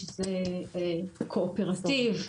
שזה קואופרטיב,